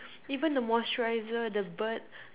even the moisturizer the bird